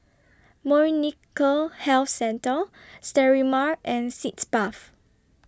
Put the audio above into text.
Molnylcke Health Centre Sterimar and Sitz Bath